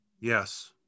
Yes